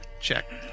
check